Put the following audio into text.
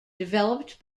developed